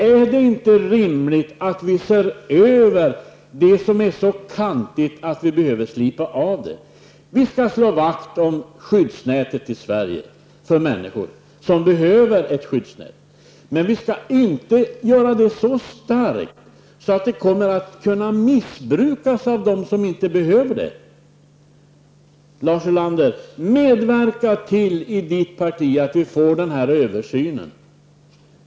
Är det inte rimligt att vi ser över det som är så kantigt att vi behöver slipa av det? Vi skall slå vakt om skyddsnätet i Sverige, för människor som behöver ett skyddsnät, men vi skall inte göra det så starkt att det kommer att kunna missbrukas av dem som inte behöver det. Lars Ulander! Medverka i ditt parti till att vi får den översynen.